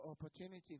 opportunity